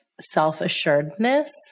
self-assuredness